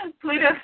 Pluto